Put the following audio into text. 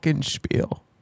spiel